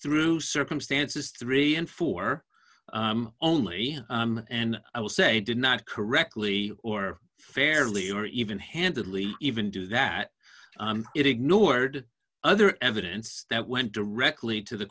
through circumstances three and four only and i will say did not correctly or fairly or even handedly even do that it ignored other evidence that went directly to the